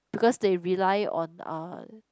because they rely on uh